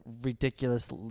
ridiculous